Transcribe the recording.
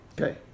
Okay